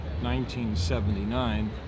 1979